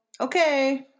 okay